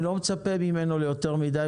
אני לא מצפה ממנו ליותר מדי,